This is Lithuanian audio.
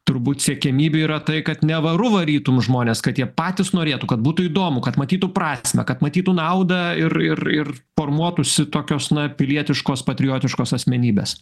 turbūt siekiamybė yra tai kad ne varu varytum žmones kad jie patys norėtų kad būtų įdomu kad matytų prasmę kad matytų naudą ir ir ir formuotųsi tokios na pilietiškos patriotiškos asmenybės